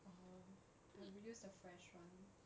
orh I would use the fresh one